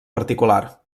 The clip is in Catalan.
particular